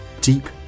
deep